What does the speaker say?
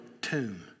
tomb